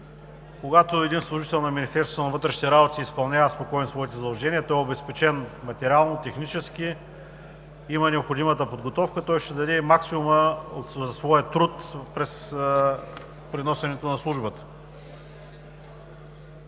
Когато един служител на Министерството на вътрешните работи изпълнява спокойно своите задължения, обезпечен е материално, технически, има необходимата подготовка, той ще даде максимума от своя труд при носенето на службата.